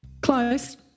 Close